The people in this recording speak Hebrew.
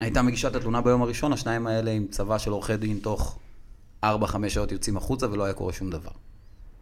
הייתה מגישת התלונה ביום הראשון, השניים האלה עם צבא של אורחי דין תוך 4-5 שעות יוצאים החוצה ולא היה קורה שום דבר.